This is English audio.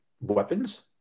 weapons